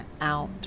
out